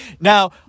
Now